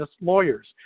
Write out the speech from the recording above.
lawyers